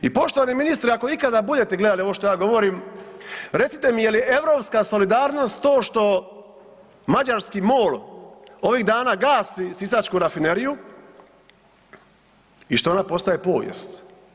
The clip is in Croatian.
I poštovani ministre, ako ikada budete gledali ovo što ja govorim, recite mi je li europska solidarnost to što mađarski MOL ovih dana gasi Sisačku rafineriju i što ona postaje povijest?